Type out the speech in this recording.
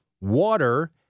water